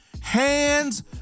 hands